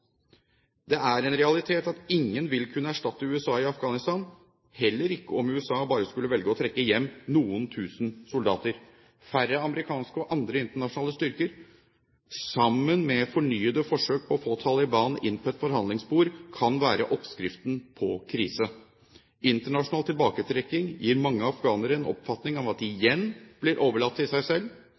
Det er en realitet at ingen vil kunne erstatte USA i Afghanistan, heller ikke om USA bare skulle velge å hente hjem noen tusen soldater. Færre amerikanske og andre internasjonale styrker sammen med fornyede forsøk på å få Taliban inn til et forhandlingsbord kan være oppskriften på krise. Internasjonal tilbaketrekking gir mange afghanere en oppfatning av at de igjen blir overlatt til seg selv,